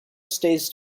stays